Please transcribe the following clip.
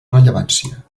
rellevància